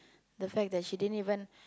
the fact that she didn't even